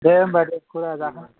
दे होनबा दोनथ' लायनि